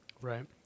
Right